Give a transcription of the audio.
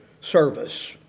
service